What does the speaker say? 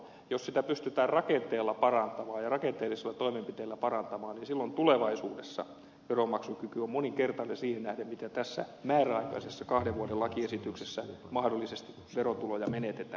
jos sitä pystytään rakenteella parantamaan ja rakenteellisilla toimenpiteillä parantamaan niin silloin tulevaisuudessa veronmaksukyky on moninkertainen siihen nähden mitä tässä määräaikaisessa kahden vuoden lakiesityksessä mahdollisesti verotuloja menetetään